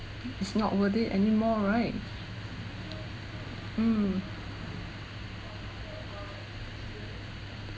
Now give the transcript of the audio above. it's not worth it anymore right mm